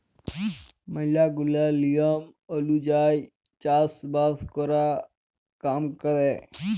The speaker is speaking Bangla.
ম্যালা গুলা লিয়ম ওলুজায়ই চাষ বাস ক্যরে কাম ক্যরে